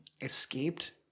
escaped